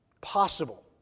possible